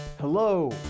Hello